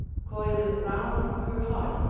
coiling round her heart,